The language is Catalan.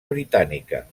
britànica